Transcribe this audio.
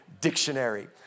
dictionary